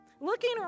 looking